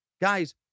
Guys